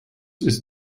ist